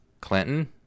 Clinton